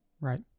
Right